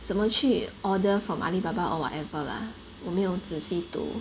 怎么去 order from Alibaba or whatever lah 我没有仔细读